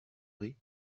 riz